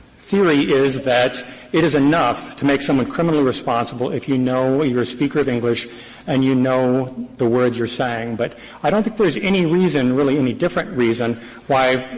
theory is that it is enough to make someone criminally responsible if you know you're a speaker of english and you know the words you are saying. but i don't think there is any reason, really any different reason why,